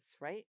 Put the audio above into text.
right